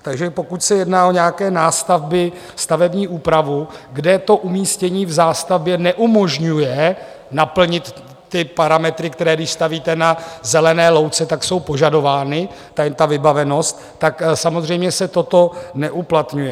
Takže pokud se jedná o nějaké nástavby, stavební úpravu, kde umístění v zástavbě neumožňuje naplnit parametry, které, když stavíte na zelené louce, jsou požadovány, ta vybavenost, tak samozřejmě se toto neuplatňuje.